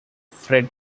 fred